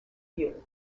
view